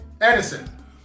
Edison